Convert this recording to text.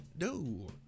No